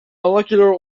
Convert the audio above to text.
molecular